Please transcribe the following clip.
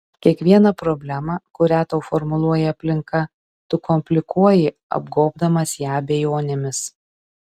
kiekvieną problemą kurią tau formuluoja aplinka tu komplikuoji apgobdamas ją abejonėmis